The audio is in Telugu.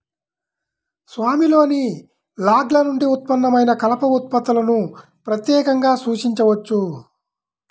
స్వామిలోని లాగ్ల నుండి ఉత్పన్నమైన కలప ఉత్పత్తులను ప్రత్యేకంగా సూచించవచ్చు